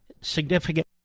significant